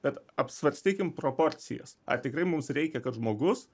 bet apsvarstykim proporcijas ar tikrai mums reikia kad žmogus